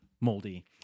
moldy